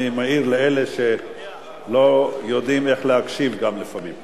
אני מעיר לאלה שלא יודעים להקשיב גם, לפעמים.